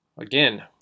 Again